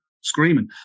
Screaming